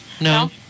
no